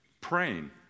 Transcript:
praying